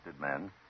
men